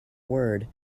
word